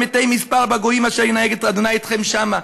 מתי מספר בגוים אשר ינהג ה' אתכם שמה".